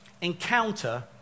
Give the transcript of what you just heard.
encounter